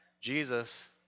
Jesus